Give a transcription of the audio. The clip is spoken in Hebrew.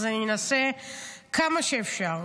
אז אני אנסה כמה שאפשר.